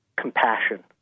compassion